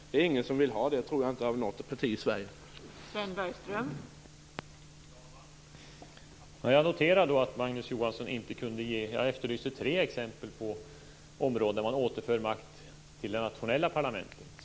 Jag tror inte att det är något parti i Sverige som vill det.